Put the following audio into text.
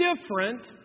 different